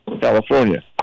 California